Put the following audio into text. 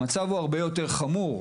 המצב הוא הרבה יותר חמור,